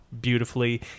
beautifully